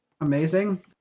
amazing